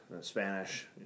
Spanish